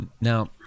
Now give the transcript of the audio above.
Now